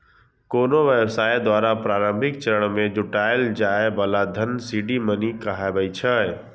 कोनो व्यवसाय द्वारा प्रारंभिक चरण मे जुटायल जाए बला धन सीड मनी कहाबै छै